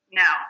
no